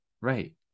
right